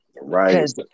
Right